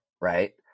right